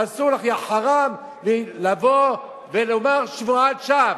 אסור לך, יא חראם, לבוא ולומר שבועת שווא.